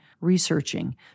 researching